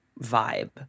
vibe